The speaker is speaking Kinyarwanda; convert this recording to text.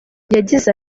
yagize